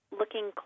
looking